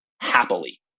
happily